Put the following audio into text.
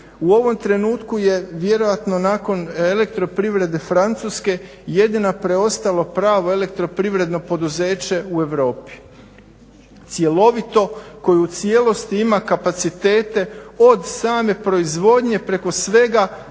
U ovom trenutku je vjerojatno nakon elektroprivrede Francuske jedina preostalo pravo elektro privredno poduzeće u Europi cjelovito koje u cijelosti ima kapacitete od same proizvodnje preko svega